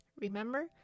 Remember